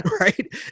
right